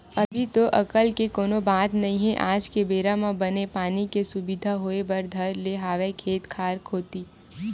अभी तो अकाल के कोनो बात नई हे आज के बेरा म बने पानी के सुबिधा होय बर धर ले हवय खेत खार कोती